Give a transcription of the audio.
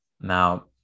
Now